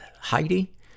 Heidi